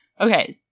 okay